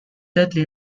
deadly